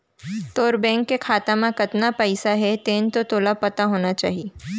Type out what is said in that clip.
तोर बेंक के खाता म कतना पइसा हे तेन तो तोला पता होना चाही?